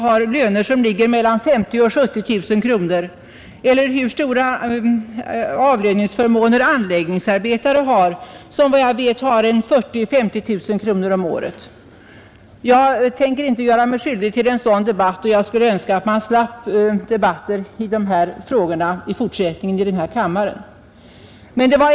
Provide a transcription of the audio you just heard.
Deras löner ligger i dag på mellan 50 000 och 70 000 kronor om året. Eller om vi skulle diskutera hur stora avlöningsförmåner anläggningsarbetarna skall ha. Efter vad jag vet har de 40 000 å 50 000 kronor om året i dag. Jag skall emellertid inte göra mig skyldig till felet att ta upp en sådan debatt, och jag önskar att vi kunde slippa alla debatter i de frågorna i denna kammare framdeles.